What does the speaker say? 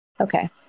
okay